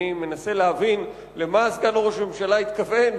אני מנסה להבין למה סגן ראש הממשלה התכוון,